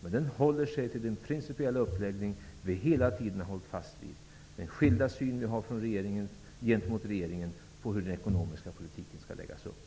Men den håller sig till den principiella uppläggning vi hela tiden hållit fast vid, den skilda syn vi har gentemot regeringen på hur den ekonomiska politiken skall läggas upp.